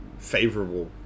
favorable